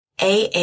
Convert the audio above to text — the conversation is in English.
AA